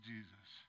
Jesus